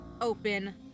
open